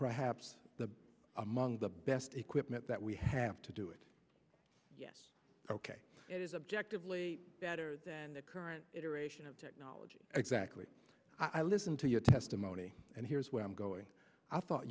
perhaps the among the best equipment that we have to do it yes ok it is objectively better than the current iteration of technology exactly i listened to your testimony and here's where i'm going i thought